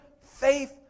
faith